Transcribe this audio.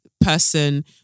person